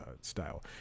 style